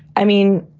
i mean,